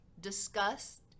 disgust